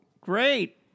great